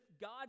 god